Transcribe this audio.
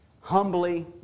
humbly